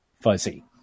fuzzy